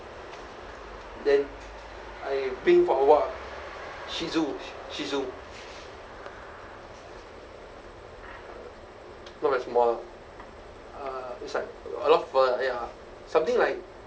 then I bring for a walk ah shih tzu shih tzu not that small uh it's like a lot of fur ya something like